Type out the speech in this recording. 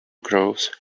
growth